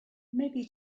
maybe